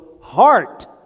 heart